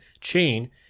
chain